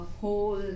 whole